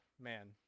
man